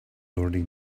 already